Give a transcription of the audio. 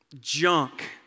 junk